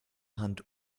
hand